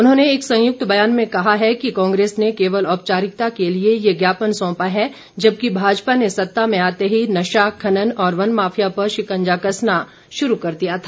उन्होंने एक संयुक्त बयान में कहा कि कांग्रेस ने केवल औपचारिकता के लिए ये ज्ञापन सौंपा है जबकि भाजपा ने सत्ता में आते ही नशा खनन और वन माफिया पर शिकंजा कसना शुरू कर दिया था